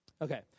Okay